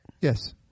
Yes